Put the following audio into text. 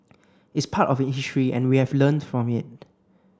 it's part of history and we have learned from it